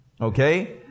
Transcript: Okay